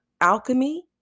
alchemy